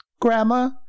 grandma